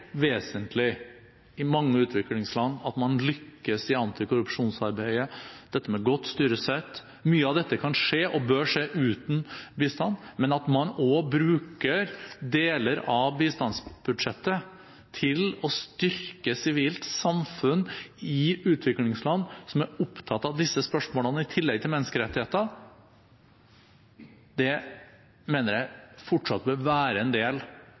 vesentlig i mange utviklingsland at man lykkes i antikorrupsjonsarbeidet, dette med godt styresett. Mye av dette kan skje og bør skje uten bistand, men at man også bruker deler av bistandsbudsjettet til å styrke sivilt samfunn i utviklingsland som er opptatt av disse spørsmålene, i tillegg til menneskerettigheter, mener jeg fortsatt bør være en del